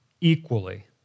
equally